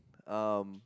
um